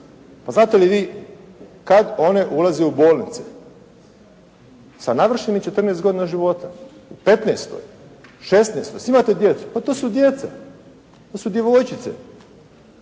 Pa znate li vi kad one ulaze u bolnice? Sa navršenih 14 godina života, u 15-toj, 16-toj. Svi imate djecu. Pa to su djeca. To su djevojčice.